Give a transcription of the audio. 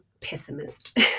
pessimist